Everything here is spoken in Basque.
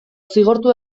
zigortu